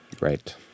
Right